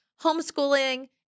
homeschooling